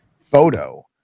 photo